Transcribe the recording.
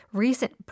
recent